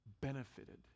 benefited